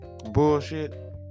Bullshit